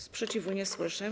Sprzeciwu nie słyszę.